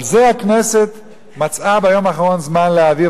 לזה הכנסת מצאה ביום האחרון זמן כדי להעביר.